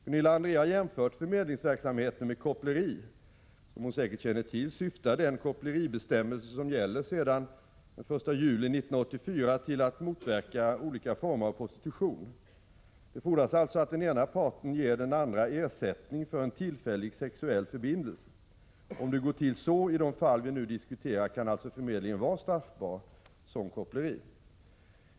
Gunilla André har jämfört förmedlingsverksamheten med koppleri. Som hon säkert känner till syftar den koppleribestämmelse som gäller sedan den 1 juli 1984 till att motverka olika former av prostitution. Det fordras alltså att den ena parten ger den andra ersättning för en tillfällig sexuell förbindelse. Om det går till så i de fall vi nu diskuterar kan alltså förmedlingen vara straffbar som koppleri.